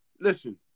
Listen